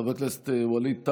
חבר הכנסת ווליד טאהא,